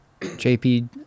JP